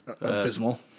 abysmal